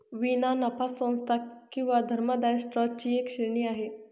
विना नफा संस्था किंवा धर्मदाय ट्रस्ट ची एक श्रेणी आहे